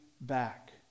back